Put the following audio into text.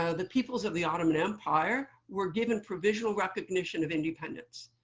ah the peoples of the ottoman empire were given provisional recognition of independence,